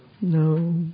No